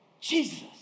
Jesus